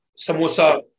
samosa